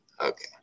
Okay